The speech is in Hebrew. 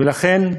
ולכן,